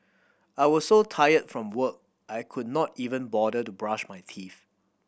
I was so tired from work I could not even bother to brush my teeth